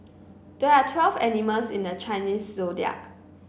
there are twelve animals in the Chinese Zodiac